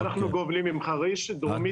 אנחנו גובלים עם חריש מדרום.